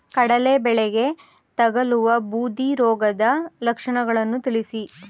ಕಡಲೆ ಬೆಳೆಗೆ ತಗಲುವ ಬೂದಿ ರೋಗದ ಲಕ್ಷಣಗಳನ್ನು ತಿಳಿಸಿ?